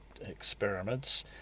experiments